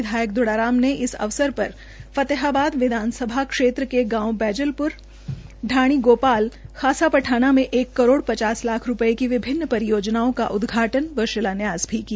विधायक दुड़ाराम ने इस अवसर पर फतेहाबद विधानसभा क्षेत्र के गांव बैजलप्र ढाणी गोपाल खासा पठाना में एक करोड़ पचास लाख रूपये की विभिन्न परियोजनाओं का उदघाटन व शिलान्यास भी किया